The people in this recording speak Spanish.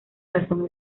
razón